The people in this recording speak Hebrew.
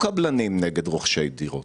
שהקבלנים הם לא נגד רוכשי דירות.